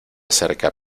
acerca